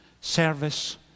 service